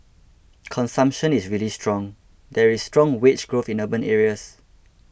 consumption is really strong there is strong wage growth in urban areas